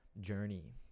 journey